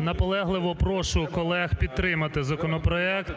Наполегливо прошу колег підтримати законопроект.